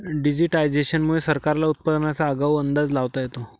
digitisation मुळे सरकारला उत्पादनाचा आगाऊ अंदाज लावता येतो